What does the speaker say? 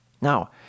Now